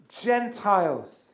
Gentiles